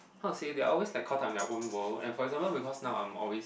how to say they are always caught up in their own world and for example because now I'm always